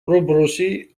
rebrousser